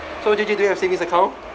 so did you do your savings account